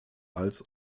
als